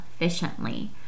efficiently